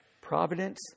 providence